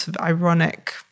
ironic